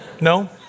No